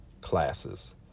classes